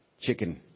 chicken